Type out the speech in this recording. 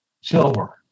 silver